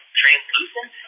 translucent